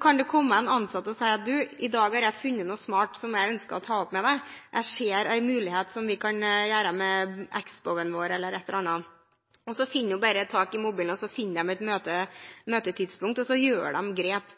kan det komme en ansatt og si at i dag har jeg funnet noe smart som jeg ønsker å ta opp med deg, jeg ser en mulighet som vi kan gjøre med X-BOW-en vår – eller et eller annet. Gunvor Ulstein tar så opp mobilen, og de finner et møtetidspunkt – de tar grep.